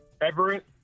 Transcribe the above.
Everett